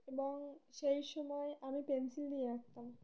এবং সেই সময় আমি পেনসিল দিয়ে আঁকতাম